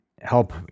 help